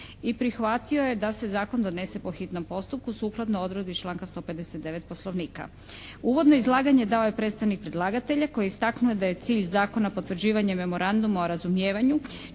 i prihvatio je da se zakon donese po hitnom postupku sukladno odredbi članka 159. Poslovnika. Uvodno izlaganje dao je predstavnik predlagatelja koji je istaknuo da je cilj Zakona potvrđivanje Memoranduma o razumijevanju